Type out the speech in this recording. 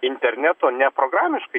interneto ne programiškai